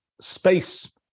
space